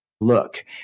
look